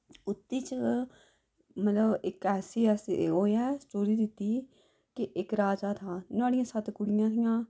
ओहदे च मतलब इक ऐसी ओह् है स्टोरी दित्ती दी कि इक राजा था नुहाड़ियां सत्त कुड़ियां हियां